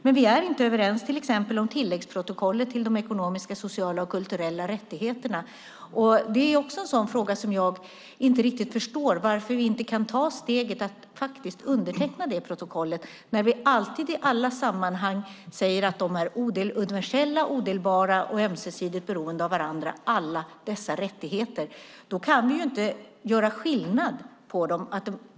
Men vi är inte överens till exempel om tilläggsprotokollet om de ekonomiska, sociala och kulturella rättigheterna. Det är en sådan fråga där jag inte förstår varför vi inte kan ta steget att faktiskt underteckna det protokollet när vi alltid i alla sammanhang säger att alla dessa rättigheter är universella, odelbara och ömsesidigt beroende av varandra. Då kan vi inte göra skillnad på dem.